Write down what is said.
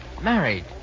Married